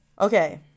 Okay